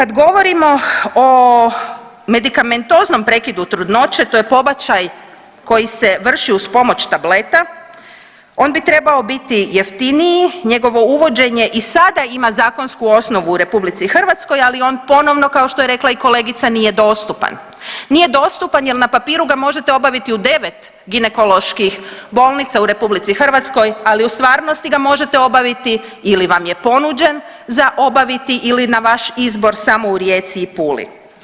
Kad govorimo o medikamentoznom prekidu trudnoće, to je pobačaj koji se vrši uz pomoć tableta on bi trebao biti jeftiniji, njegovo uvođenje i sada ima zakonsku osnovu u RH, ali on ponovno kao što je rekla i kolegica nije dostupan, nije dostupan jer na papiru ga možete obaviti u devet ginekoloških bolnica u RH, ali u stvarnosti ga možete obaviti ili vam je ponuđen za obaviti ili na vaš izbor samo u Rijeci i Puli.